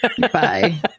Bye